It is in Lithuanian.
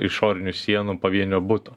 išorinių sienų pavienio buto